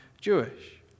Jewish